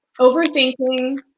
overthinking